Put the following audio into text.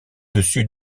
dessus